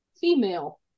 female